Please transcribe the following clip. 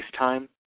FaceTime